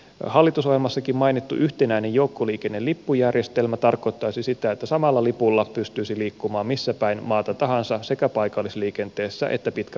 hallitusohjelmassakin mainittu yhtenäinen joukkoliikennelippujärjestelmä tarkoittaisi sitä että samalla lipulla pystyisi liikkumaan missä päin maata tahansa sekä paikallisliikenteessä että pitkän matkan joukkoliikenteessä